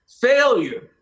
failure